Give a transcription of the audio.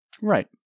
Right